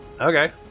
Okay